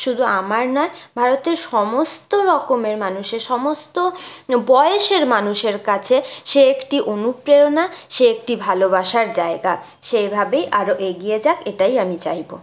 শুধু আমার নয় ভারতের সমস্ত রকমের মানুষের সমস্ত বয়সের মানুষের কাছে সে একটি অনুপ্রেরনা সে একটি ভালোবাসার জায়গা সে এই ভাবেই আরও এগিয়ে যাক এটাই আমি চাইবো